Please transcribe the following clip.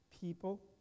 people